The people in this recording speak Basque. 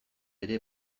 ere